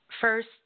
first